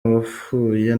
abapfuye